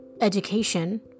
education